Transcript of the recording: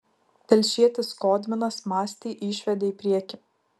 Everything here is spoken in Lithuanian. telšietis skodminas mastį išvedė į priekį